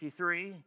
53